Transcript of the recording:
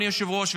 אדוני היושב-ראש,